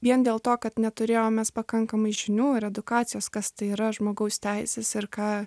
vien dėl to kad neturėjom mes pakankamai žinių ir edukacijos kas tai yra žmogaus teises ir ką